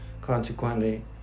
consequently